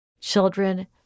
children